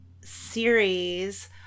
series